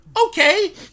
okay